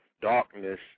darkness